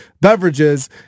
beverages